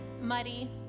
muddy